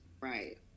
Right